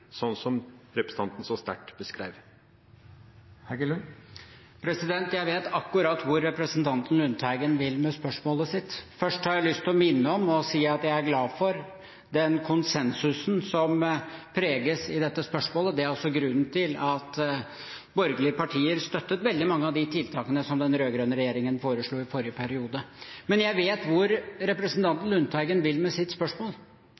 sånn som representanten så sterkt beskrev? Jeg vet akkurat hvor representanten Lundteigen vil med spørsmålet sitt. Først har jeg lyst til å minne om og si at jeg er glad for den konsensusen som preger dette spørsmålet. Det er også grunnen til at borgerlige partier støttet veldig mange av de tiltakene som den rød-grønne regjeringen foreslo i forrige periode. Men jeg vet hvor representanten Lundteigen vil med sitt spørsmål.